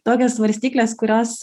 tokios svarstyklės kurios